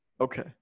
Okay